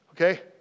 Okay